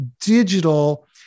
digital